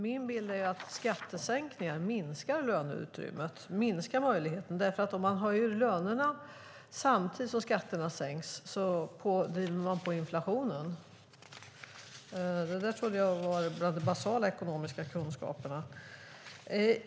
Min bild är att skattesänkningar minskar löneutrymmet, därför att om man höjer lönerna samtidigt som skatterna sänks så driver man på inflationen. Det trodde jag tillhörde de basala ekonomiska kunskaperna.